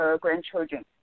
grandchildren